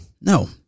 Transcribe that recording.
No